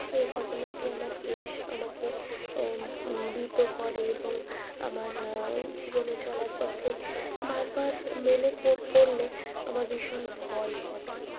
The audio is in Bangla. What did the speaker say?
সেই ঘটনাটি আমার বেশ আমাকে ভীত করে এবং আমার জীবনে চলার পথে বারবার মনে পড় পড়লে আমার ভীষণ ভয় করে